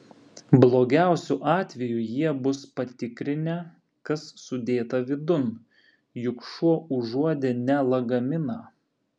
blogiausiu atveju jie bus patikrinę kas sudėta vidun juk šuo užuodė ne lagaminą